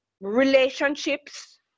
relationships